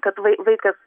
kad vaikas